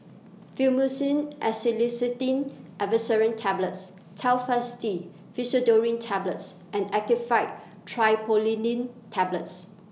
Fluimucil Acetylcysteine Effervescent Tablets Telfast D Pseudoephrine Tablets and Actifed Triprolidine Tablets